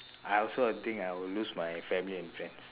I also I think I will lose my family and friends